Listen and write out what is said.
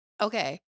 Okay